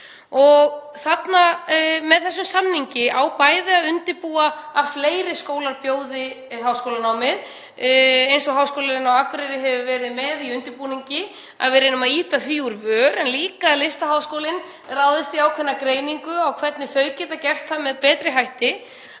Með þessum samningi á bæði að undirbúa að fleiri skólar bjóði háskólanám, eins og Háskólinn á Akureyri hefur verið með í undirbúningi, að við reynum að ýta því úr vör, en líka að Listaháskólinn ráðist í ákveðna greiningu á því hvernig þau geta gert slíkt með betri hætti